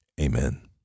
Amen